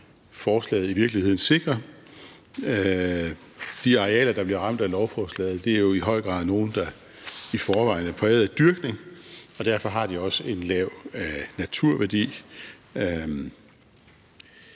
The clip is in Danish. forslaget i virkeligheden sikrer. De arealer, der bliver ramt af lovforslaget, er jo i høj grad nogle, der i forvejen er præget af dyrkning, og derfor har de også en lav naturværdi.